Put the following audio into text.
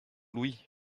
louis